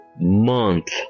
month